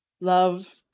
love